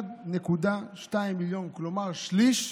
1.2 מיליון, כלומר שליש,